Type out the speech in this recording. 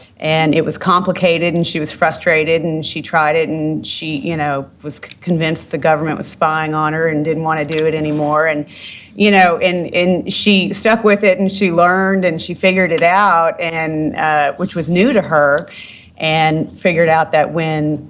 and it was complicated, and she was frustrated, and she tried it, and she you know was convinced the government was spying on her and didn't want to do it anymore, and you know? and she stuck with it, and she learned, and she figured it out, which was new to her and figured out that when,